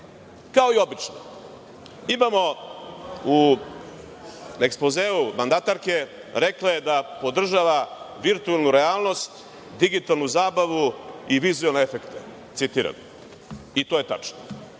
to. Kao i obično, imamo u ekspozeu mandatrke, rekla je da podržava virtuelnu realnost, digitalnu zabavu i vizuelne efekte, citiram, i to je tačno.